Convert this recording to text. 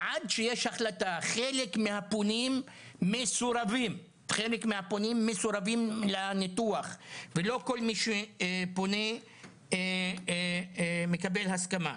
עד שיש החלטה חלק מהפונים מסורבים לניתוח ולא כל מי שפונה מקבל הסכמה.